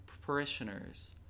parishioners